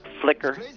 flicker